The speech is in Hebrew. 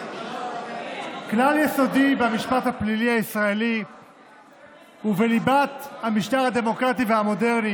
כלל יסודי במשפט הפלילי הישראלי ובליבת המשטר הדמוקרטי והמודרני